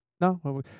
No